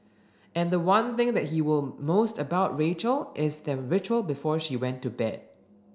and the one thing that he will most about Rachel is their ritual before she went to bed